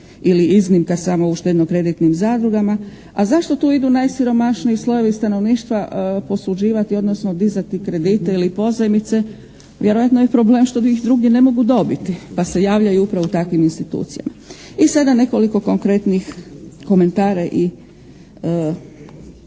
ili iznimka samo u štedno-kreditnim zadrugama. A zašto tu idu najsiromašniji slojevi stanovništva posuđivati odnosno dizati kredite ili pozajmice? Vjerojatno je problem što ih drugdje ne mogu dobiti. Pa se javljaju upravo takvim institucijama. I sada nekoliko konkretnih komentara i